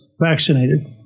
vaccinated